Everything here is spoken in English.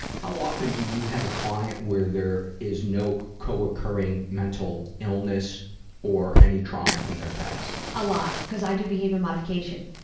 how often do you have a client where there is no co-occurring mental illness or any trauma in their past? a lot. because i do behavior modification.